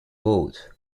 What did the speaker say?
both